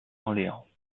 orléans